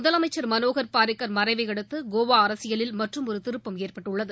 முதலமைச்சர் மனோகர் பாரிக்கர் மறைவை அடுத்து கோவா அரசியலில் மற்றும் ஒரு திருப்பம் ஏற்பட்டுள்ளது